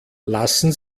lassen